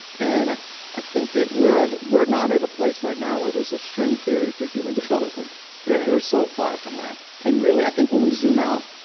and i think that we're that we're not at a place right now where there's a string theory for human development right we're so far from that. and really, i think when we zoom out,